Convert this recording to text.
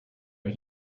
are